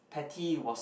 patty was